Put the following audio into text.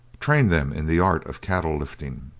trained them in the art of cattle-lifting.